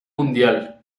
mundial